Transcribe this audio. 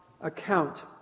account